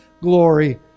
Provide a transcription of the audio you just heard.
glory